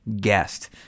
guest